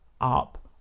up